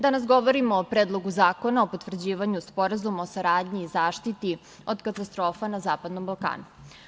Danas govorimo o Predlogu zakona o potvrđivanju Sporazuma o saradnji i zaštiti od katastrofa na Zapadnom Balkanu.